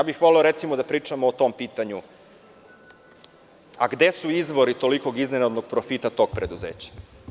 Recimo, voleo bih da pričamo o pitanju - gde su izvori tolikog iznenadnog profita tog preduzeća?